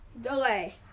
delay